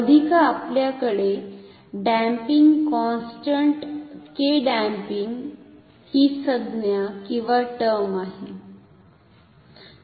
अधिक आपल्याकडे damping constant kdamping हि संज्ञाटर्म आहे